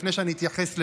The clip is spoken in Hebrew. לפני שאני אתייחס לזה.